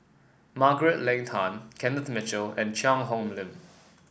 Margaret Leng Tan Kenneth Mitchell and Cheang Hong Lim